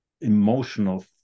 emotional